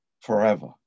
forever